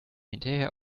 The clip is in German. hinterher